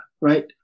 right